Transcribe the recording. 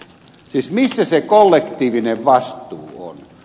siis missä se kollektiivinen vastuu on